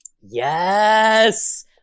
Yes